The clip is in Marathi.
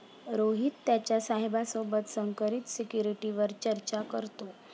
रोहित त्याच्या साहेबा सोबत संकरित सिक्युरिटीवर चर्चा करतो